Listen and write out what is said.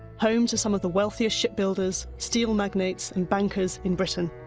home to some of the wealthiest shipbuilders, steel magnates and bankers in britain.